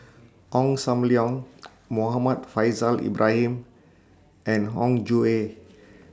Ong SAM Leong Muhammad Faishal Ibrahim and Hong Jue